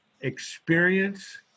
experience